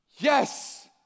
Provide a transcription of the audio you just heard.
Yes